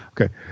okay